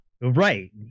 Right